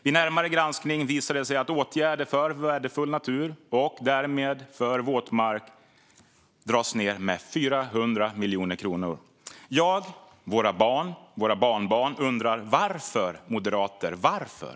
Vid närmare granskning visar det sig att åtgärder för värdefull natur och därmed för våtmarker dras ned med 400 miljoner kronor. Jag, våra barn och våra barnbarn undrar: Varför, moderater, varför?